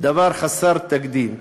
דבר חסר תקדים.